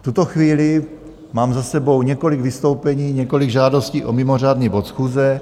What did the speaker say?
V tuto chvíli mám za sebou několik vystoupení, několik žádostí o mimořádný bod schůze.